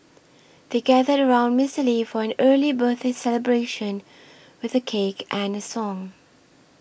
they gathered around Mister Lee for an early birthday celebration with a cake and a song